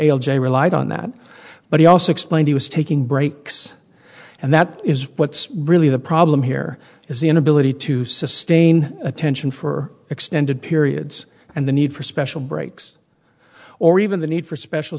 l j relied on that but he also explained he was taking breaks and that is what's really the problem here is the inability to sustain attention for extended periods and the need for special breaks or even the need for special